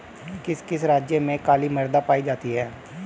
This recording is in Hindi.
किस किस राज्य में काली मृदा पाई जाती है?